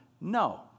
No